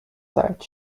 side